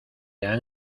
han